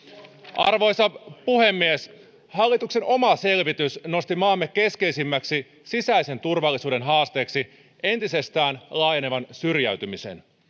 arvoisa puhemies hallituksen oma selvitys nosti maamme keskeisimmäksi sisäisen turvallisuuden haasteeksi entisestään laajenevan syrjäytymisen